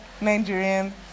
Nigerian